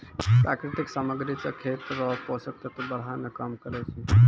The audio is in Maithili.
प्राकृतिक समाग्री से खेत रो पोसक तत्व बड़ाय मे काम करै छै